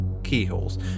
keyholes